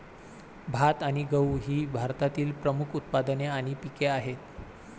भात आणि गहू ही भारतातील प्रमुख उत्पादने आणि पिके आहेत